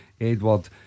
Edward